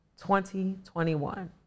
2021